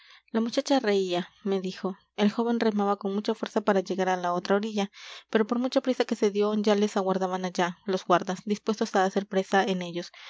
la muchacha reía me dijo el joven remaba con mucha fuerza para llegar a la otra orilla pero por mucha prisa que se dio ya les aguardaban allá los guardas dispuestos a hacer presa en ellos